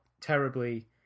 terribly